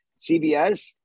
CBS